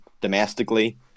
domestically